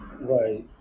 Right